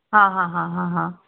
ਹਾਂ ਹਾਂ ਹਾਂ ਹਾਂ ਹਾਂ